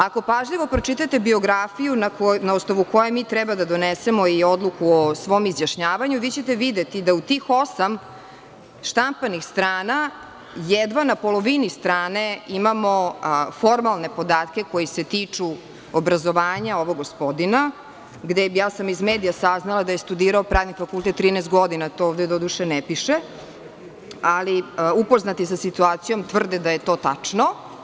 Ako pažljivo pročitate biografiju na osnovu koje mi treba da donesemo i odluku o svom izjašnjavanju, vi ćete videti da od tih osam štampanih strana, jedva na polovini strane imamo formalne podatke koji se tiču obrazovanja ovog gospodina, gde sam ja iz medija saznala da je studirao pravni fakultet 13 godina, to ovde doduše ne piše, ali upoznati sa situacijom tvrde da je to tačno.